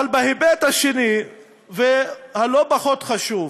אבל בהיבט השני והלא-פחות חשוב,